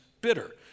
bitter